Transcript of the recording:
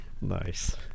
Nice